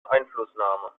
einflussnahme